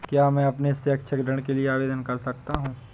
क्या मैं अपने शैक्षिक ऋण के लिए आवेदन कर सकता हूँ?